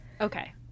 okay